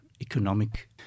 economic